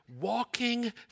walking